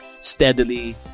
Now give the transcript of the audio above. steadily